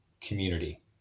community